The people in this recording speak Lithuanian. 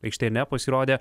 aikštėje nepasirodė